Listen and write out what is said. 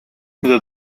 mida